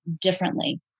differently